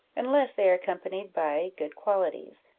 unless they are accompanied by good qualities,